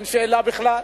ואין שאלה בכלל.